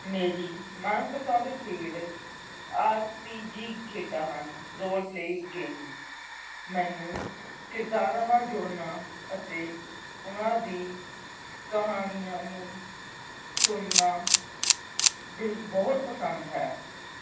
ਮੇਰੀ ਮਨਪਸੰਦ ਖੇਡ ਆਰ ਪੀ ਜੀ ਖੇਡਾਂ ਹਨ ਰੋਲ ਪਲੇ ਗੇਮਸ ਮੈਨੂੰ ਕਿਰਦਾਰਾਂ ਨਾਲ ਜੁੜਨਾ ਅਤੇ ਉਹਨਾਂ ਦੀ ਕਹਾਣੀਆ ਨੂੰ ਸੁਣਨਾ ਬਿਲ ਬਹੁਤ ਪਸੰਦ ਹੈ